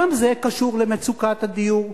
גם זה קשור למצוקת הדיור,